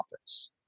office